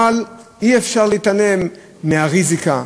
אבל אי-אפשר להתעלם מהריזיקה,